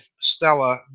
Stella